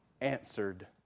answered